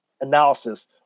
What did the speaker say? analysis